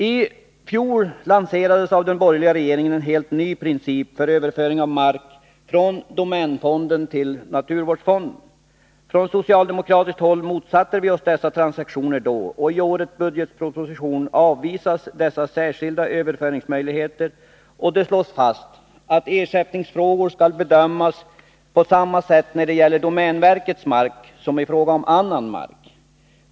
I fjol lanserades av den borgerliga regeringen en helt ny princip om överföring av mark från domänfonden till naturvårdsfonden. Från socialdemokratiskt håll motsatte vi oss då dessa transaktioner. I årets budgetproposition avvisas dessa särskilda överföringsmöjligheter, och det slås fast att ersättningsfrågor skall bedömas på samma sätt när det gäller domänverkets mark som i fråga om annan mark.